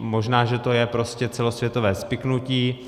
Možná že to je prostě celosvětové spiknutí.